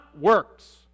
works